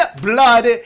blood